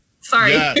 sorry